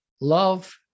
love